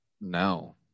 no